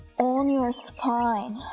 on your spine